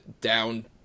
down